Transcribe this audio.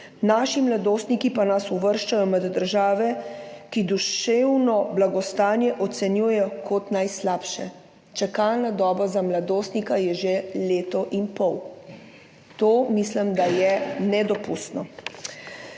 naši mladostniki pa nas uvrščajo med države, ki duševno blagostanje ocenjujejo kot najslabše. Čakalna doba za mladostnika je že leto in pol. Mislim, da je to nedopustno.